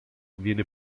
viene